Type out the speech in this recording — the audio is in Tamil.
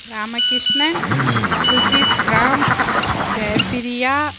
ராமகிருஷ்ணன் சுஜித் ராம் ஜெயப்பிரியா